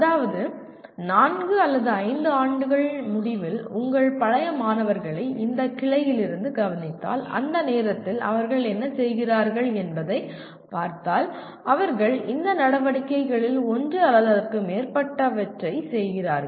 அதாவது நான்கு அல்லது ஐந்து ஆண்டுகள் முடிவில் உங்கள் பழைய மாணவர்களை இந்த கிளையிலிருந்து கவனித்தால் அந்த நேரத்தில் அவர்கள் என்ன செய்கிறார்கள் என்பதைப் பார்த்தால் அவர்கள் இந்த நடவடிக்கைகளில் ஒன்று அல்லது அதற்கு மேற்பட்டவற்றைச் செய்கிறார்கள்